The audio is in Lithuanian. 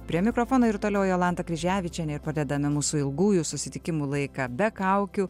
prie mikrofono ir toliau jolanta kryževičienė ir padedame mūsų ilgųjų susitikimų laiką be kaukių